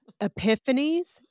epiphanies